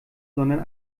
sondern